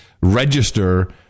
register